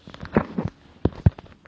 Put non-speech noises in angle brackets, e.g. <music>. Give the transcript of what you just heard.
<noise>